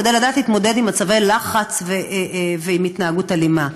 כדי לדעת להתמודד עם מצבי לחץ ועם התנהגות אלימה.